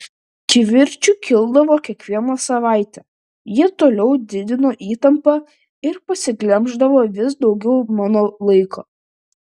kivirčų kildavo kiekvieną savaitę jie toliau didino įtampą ir pasiglemždavo vis daugiau mano laiko